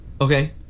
Okay